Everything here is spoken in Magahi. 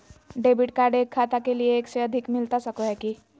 डेबिट कार्ड एक खाता के लिए एक से अधिक मिलता सको है की?